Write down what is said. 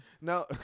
No